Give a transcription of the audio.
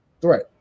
threat